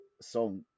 song